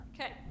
Okay